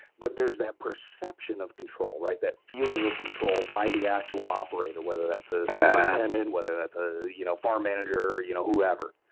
but there's that perception of control, that feeling of control by the actual operator, whether that's a superintendent, and weather that's a you know farm manager, you know whoever.